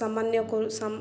ସାମାନ୍ୟ